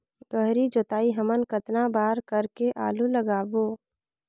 गहरी जोताई हमन कतना बार कर के आलू लगाबो?